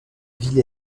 ville